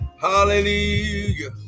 hallelujah